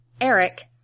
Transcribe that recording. Eric